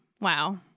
wow